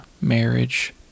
marriage